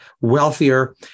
wealthier